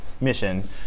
mission